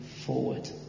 forward